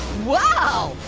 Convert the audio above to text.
whoa,